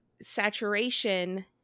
Saturation